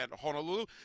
Honolulu